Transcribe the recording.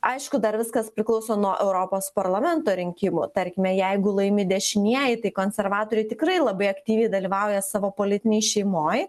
aišku dar viskas priklauso nuo europos parlamento rinkimų tarkime jeigu laimi dešinieji tai konservatoriai tikrai labai aktyviai dalyvauja savo politinėj šeimoj